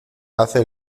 hace